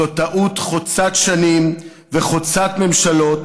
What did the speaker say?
זאת טעות חוצת שנים וחוצת ממשלות,